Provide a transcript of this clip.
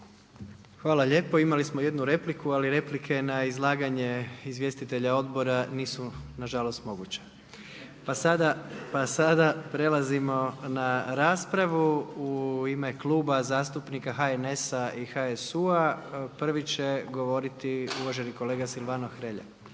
Hvala lijepo. Imali smo jednu repliku, ali replike na izlaganje izvjestitelja odbora nisu nažalost moguće. Pa sada prelazimo na raspravu. U ime Kluba zastupnika HNS-u i HSU-a prvi će govoriti uvaženi kolega Silvano Hrelja.